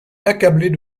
accablée